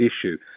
issue